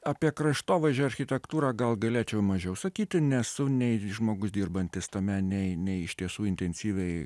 apie kraštovaizdžio architektūrą gal galėčiau mažiau sakyti nesu nei žmogus dirbantis tame nei iš tiesų intensyviai